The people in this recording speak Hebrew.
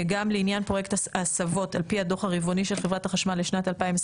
גם לעניין פרויקט ההסבות: על פי הדו"ח הרבעוני של חברת החשמל לשנת 2023